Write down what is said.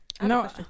no